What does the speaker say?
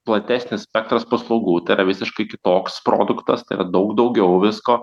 platesnis spektras paslaugų tai yra visiškai kitoks produktas tai yra daug daugiau visko